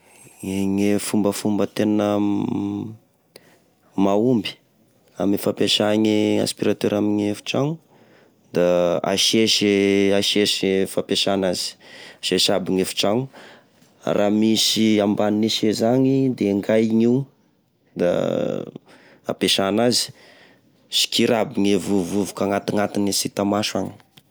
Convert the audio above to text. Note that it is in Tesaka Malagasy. Gne fombafomba tena mahomby ame fampesa gne aspiratera ame hefi-trano da asese asese e fampesa anazy, ze sahabo gny efitrano, raha misy ambanine seza agny de engainy io, da ampesa anazy, sikiry aby gne vovovoka agnatignatiny gne sy hita maso agny.